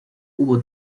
hubo